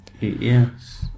yes